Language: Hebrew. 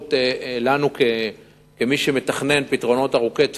משמעות לנו, כמי שמתכנן פתרונות ארוכי טווח.